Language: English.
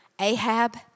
Ahab